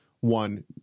one